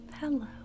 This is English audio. Hello